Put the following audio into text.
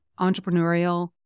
entrepreneurial